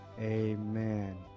amen